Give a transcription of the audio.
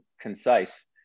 concise